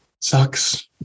sucks